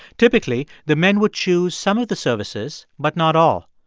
typically, the men would choose some of the services but not all.